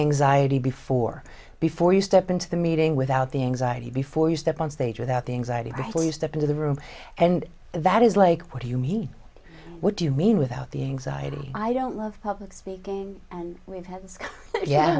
anxiety before before you step into the meeting without the anxiety before you step on stage without the anxiety you step into the room and that is like what do you mean what do you mean without the anxiety i don't love public speaking and we've had